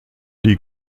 die